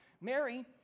Mary